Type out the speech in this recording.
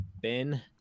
Ben